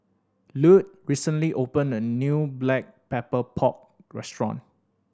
Lute recently opened a new Black Pepper Pork restaurant